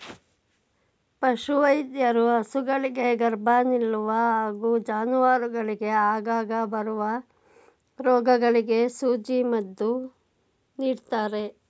ಪಶುವೈದ್ಯರು ಹಸುಗಳಿಗೆ ಗರ್ಭ ನಿಲ್ಲುವ ಹಾಗೂ ಜಾನುವಾರುಗಳಿಗೆ ಆಗಾಗ ಬರುವ ರೋಗಗಳಿಗೆ ಸೂಜಿ ಮದ್ದು ನೀಡ್ತಾರೆ